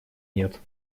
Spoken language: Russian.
нет